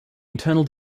internal